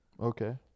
Okay